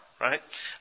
right